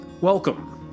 welcome